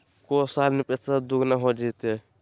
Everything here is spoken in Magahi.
को साल में पैसबा दुगना हो जयते?